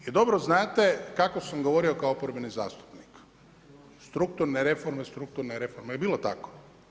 I dobro znate kako sam govorio kao oporbeni zastupnik, strukturne reforme, strukturne reforme, jel bilo tako?